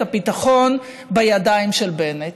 את הביטחון בידיים של בנט.